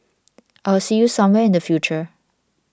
I'll see you somewhere in the future